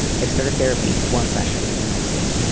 i've started therapy one session near my school.